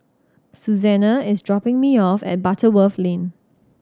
Suzanna is dropping me off at Butterworth Lane